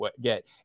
Get